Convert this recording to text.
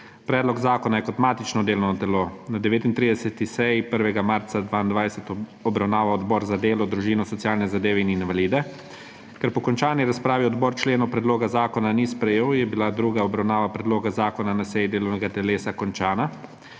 Predlog zakona je kot matično delovno telo na 39. seji 1. marca 2022 obravnaval Odbor za delo, družino, socialne zadeve in invalide. Ker po končani razpravi odbor členov predloga zakona ni sprejel, je bila druga obravnava predloga zakona na seji delovnega telesa končana.